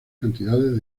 cantidades